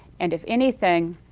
and if anything,